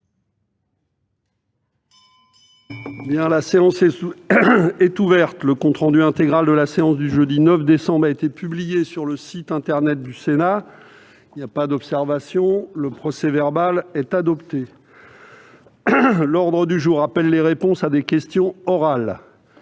La séance est ouverte. Le compte rendu intégral de la séance du jeudi 9 décembre 2021 a été publié sur le site internet du Sénat. Il n'y a pas d'observation ?... Le procès-verbal est adopté. L'ordre du jour appelle les réponses à des questions orales.